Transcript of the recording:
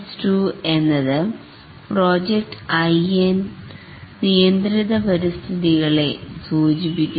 PRINCE എന്നത് project IN നിയന്ത്രിത പരിസ്ഥിതികളെ സൂചിപ്പിക്കുന്നു